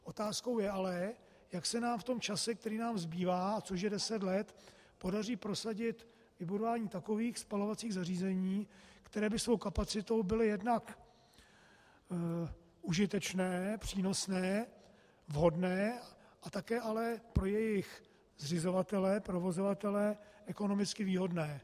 Otázkou ale je, jak se nám v tom čase, který nám zbývá, což je deset let, podaří prosadit vybudování takových spalovacích zařízení, která by svou kapacitou byla jednak užitečná, přínosná, vhodná, také ale pro jejich zřizovatele, provozovatele, ekonomicky výhodná.